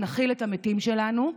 נכיל את המתים שלנו.